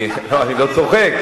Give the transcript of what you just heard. אני לא צוחק,